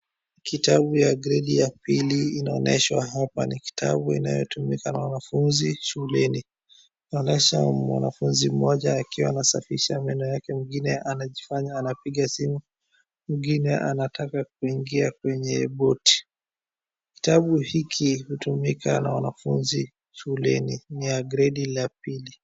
Kitabu ya gredi ya pili inaoneshwa hapa ni kitabu inayotumika na wanafunzi shuleni. Inaonesha mwanafunzi mmoja akiwa anasafisha meno yake, mwingine anajifanya anapiga simu, mwingine anataka kuingia kwenye boat . Kitabu hiki hutumika na wanafunzi shuleni. Ni ya gredi la pili.